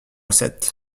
sept